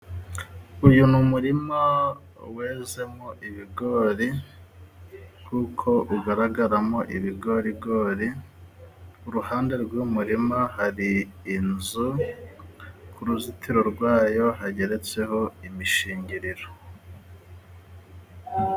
Uyu ni umurima wezemo ibigori, kuko ugaragaramo ibigorigori, ku ruhande rw'umurima hari inzu, ku ruzitiro rwayo hageretseho imishingiriro.